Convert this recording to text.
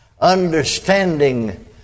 Understanding